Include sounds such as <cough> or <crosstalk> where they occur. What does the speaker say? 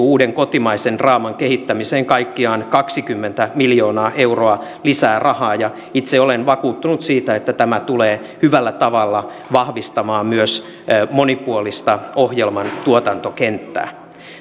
<unintelligible> uuden kotimaisen draaman kehittämiseen kaikkiaan kaksikymmentä miljoonaa euroa lisää rahaa ja itse olen vakuuttunut siitä että tämä tulee hyvällä tavalla vahvistamaan myös monipuolista ohjelmantuotantokenttää